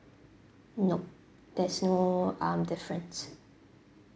nope there's no um difference